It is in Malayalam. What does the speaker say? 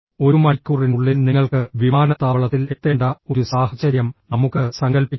ഒരു മണിക്കൂറിനുള്ളിൽ നിങ്ങൾക്ക് വിമാനത്താവളത്തിൽ എത്തേണ്ട ഒരു സാഹചര്യം നമുക്ക് സങ്കൽപ്പിക്കാം